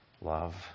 love